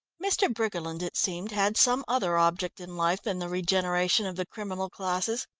mr. briggerland, it seemed, had some other object in life than the regeneration of the criminal classes.